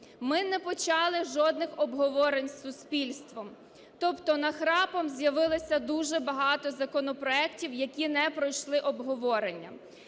Ми не почали жодних обговорень із суспільством, тобто нахрапом з'явилося дуже багато законопроектів, які не пройшли обговорення.